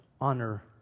honor